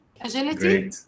agility